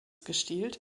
gestielt